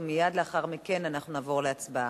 ומייד לאחר מכן אנחנו נעבור להצבעה.